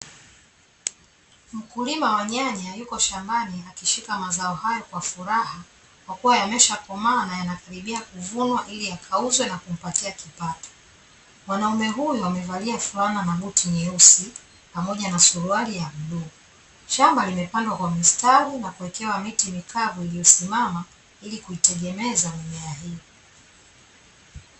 Mkulima wa nyanya yupo shambani akishika mazao hayo kwa furaha, kwa kuwa yameshakomaa na yanakaribia kuvunwa ili ya kauzwe na kumpatia kipato. Mwanaume huyu amevalia fulana na buti nyeusi pamoja na suruali ya bluu. Shamba limepandwa kwa mistari na kuekewa miti mikavu iliyosimama ili kuitegemeza mimea hiyo.